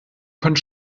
können